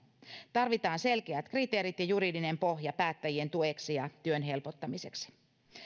tarvitaan selkeät kriteerit ja juridinen pohja päättäjien tueksi ja työn helpottamiseksi